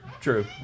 true